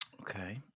okay